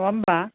नङा होनबा